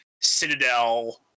Citadel